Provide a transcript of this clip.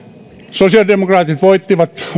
sosiaalidemokraatit voittivat